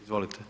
Izvolite.